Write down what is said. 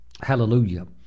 Hallelujah